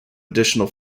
additional